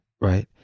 right